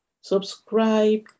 Subscribe